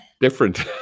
different